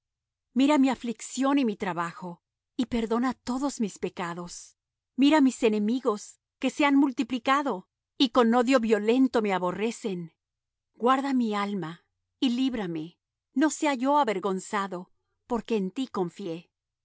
mira mi aflicción y mi trabajo y perdona todos mis pecados mira mis enemigos que se han multiplicado y con odio violento me aborrecen guarda mi alma y líbrame no sea yo avergonzado porque en ti confié